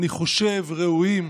אני חושב, ראויים,